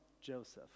Joseph